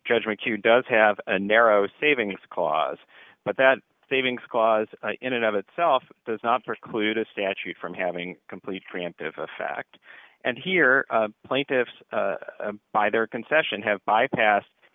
judgment you does have a narrow savings cause but that savings cause in and of itself does not preclude a statute from having complete preemptive effect and here plaintiffs by their concession have bypass